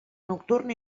nocturn